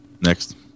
Next